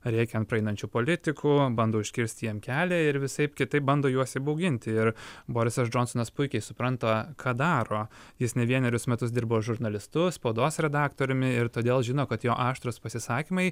rėkia ant praeinančių politikų bando užkirsti jiem kelią ir visaip kitaip bando juos įbauginti ir borisas džonsonas puikiai supranta ką daro jis ne vienerius metus dirbo žurnalistu spaudos redaktoriumi ir todėl žino kad jo aštrūs pasisakymai